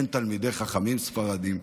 אין תלמידי חכמים ספרדים,